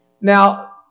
Now